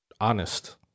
honest